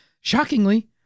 Shockingly